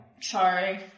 Sorry